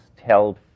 held